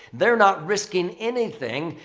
they're not risking anything.